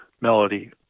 melody